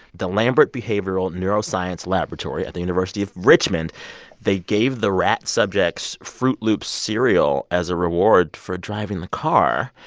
the lambert behavioral neuroscience laboratory at the university of richmond they gave the rat subjects froot loops cereal as a reward for driving the car.